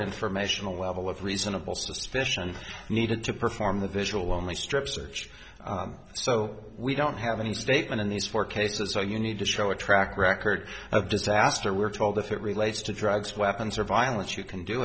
informational level of reasonable suspicion needed to perform a visual only strip search so we don't have any statement in these four cases so you need to show a track record of disaster we're told if it relates to drugs weapons or violence you can do